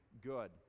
good